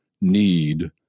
need